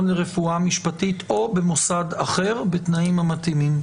לרפואה משפטית או במוסד אחר בתנאים המתאימים?